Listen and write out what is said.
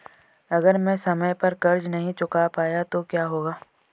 अगर मैं समय पर कर्ज़ नहीं चुका पाया तो क्या होगा?